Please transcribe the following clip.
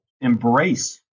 embrace